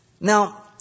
Now